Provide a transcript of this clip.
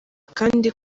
kandi